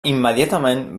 immediatament